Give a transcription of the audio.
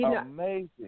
amazing